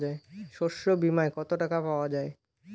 শস্য বিমায় কত টাকা পাওয়া যায়?